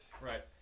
Right